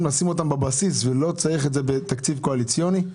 לשים בבסיס ולא צריך את זה בתקציב קואליציוני?